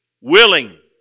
willing